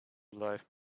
life